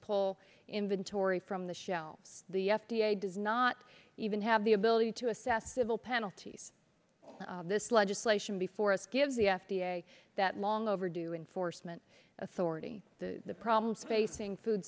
pull inventory from the shelves the f d a does not even have the ability to assess civil penalties this legislation before us give the f d a that long overdue enforcement authority the problems facing food